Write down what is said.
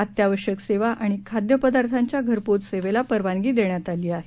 अत्यावशक सेवा आणि खाद्यपदार्थांच्या घरपोच सेवेला परवानगी देण्यात आली आहे